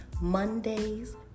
Mondays